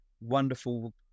wonderful